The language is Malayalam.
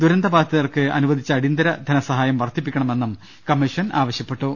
ദുരിതബാധിതർക്ക് അനുവദിച്ച അടിയന്തര ധനസഹായം വർധിപ്പിക്കണമെന്നും കമ്മിഷൻ ആവശ്യപ്പെട്ടു